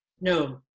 no